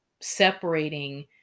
separating